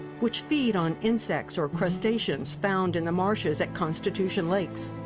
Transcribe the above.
which feed on insects or crustaceans found in the marshes at constitution lakes!